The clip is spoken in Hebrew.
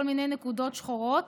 כל מיני נקודות שחורות,